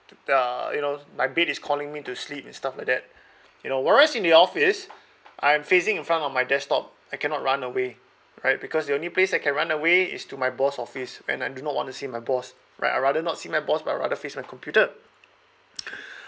the you know my bed is calling me to sleep and stuff like that you know whereas in the office I'm facing in front of my desktop I cannot run away right because the only place I can run away is to my boss office and I do not want to see my boss right I rather not see my boss but I rather face my computer